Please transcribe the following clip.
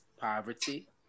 poverty